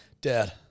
Dad